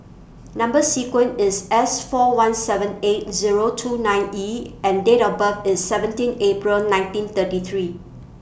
Number sequence IS S four one seven eight Zero two nine E and Date of birth IS seventeen April nineteen thirty three